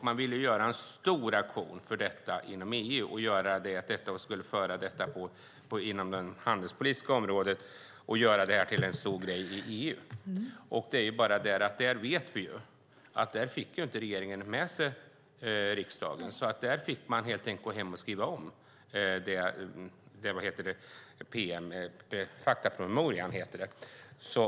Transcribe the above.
Man ville göra en stor aktion för detta på det handelspolitiska området inom EU. Regeringen fick dock inte med sig riksdagen utan fick gå hem och skriva om faktapromemorian.